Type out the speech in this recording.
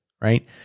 Right